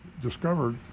discovered